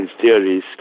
theories